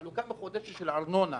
חלוקה מחודשת של הארנונה